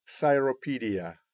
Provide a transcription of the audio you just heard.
Cyropedia